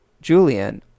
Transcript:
Julian